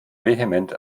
vehement